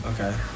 Okay